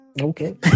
Okay